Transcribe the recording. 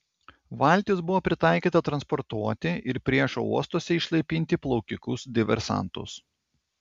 valtis buvo pritaikyta transportuoti ir priešo uostuose išlaipinti plaukikus diversantus